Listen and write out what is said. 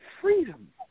freedom